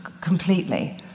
completely